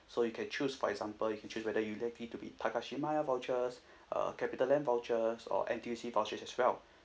so you can choose for example you can choose whether you like it to be takashimaya vouchers uh capitaland vouchers or N_T_U_C vouchers as well